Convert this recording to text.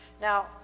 Now